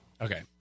Okay